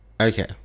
okay